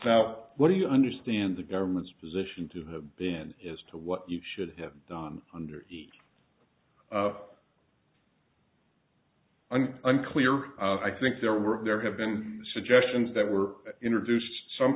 over what do you understand the government's position to have been as to what you should have done under uncleared i think there were there have been suggestions that were introduced some